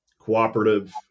Cooperative